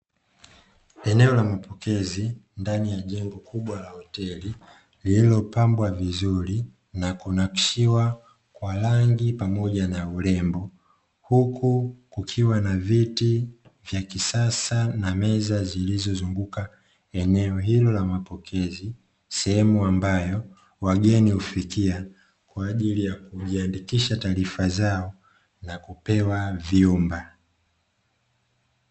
Eneo la mapokezi ndani ya jengo kubwa la hoteli, lililopambwa vizuri na kunakishiwa kwa rangi pamoja na urembo. Huku kukiwa na viti vya kisasa na meza zilizozunguka eneo hilo la mapokezi, sehemu ambayo wageni hufikia, kwa ajili ya kujiandikisha taarifa zao na kupewa vyumba.